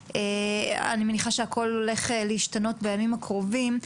אני מניחה שהכול הולך להשתנות בימים הקרובים.